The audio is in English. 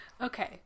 Okay